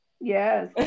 yes